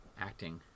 acting